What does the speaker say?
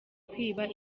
kwiba